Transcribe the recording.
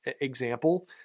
example